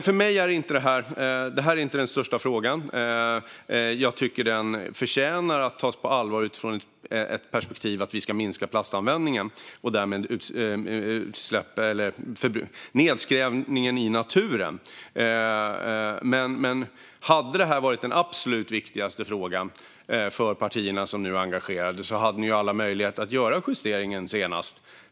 För mig är detta inte den största frågan, även om jag tycker att den förtjänar att tas på allvar utifrån perspektivet att vi ska minska plastanvändningen och därmed nedskräpningen i naturen. Men hade detta varit den absolut viktigaste frågan för de partier som nu är engagerade hade de kunnat göra justeringen senast.